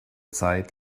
zeit